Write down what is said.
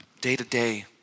day-to-day